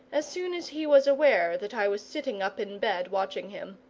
as soon as he was aware that i was sitting up in bed watching him.